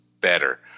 better